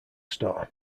store